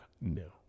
No